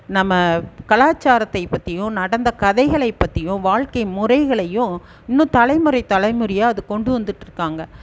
நம்ம கலாச்சாரத்தை பற்றியும் நடந்த கதைகளை பற்றியும் வாழ்க்கை முறைகளையும் இன்னும் தலைமுறை தலைமுறையாக அது கொண்டு வந்துகிட்டு இருக்காங்க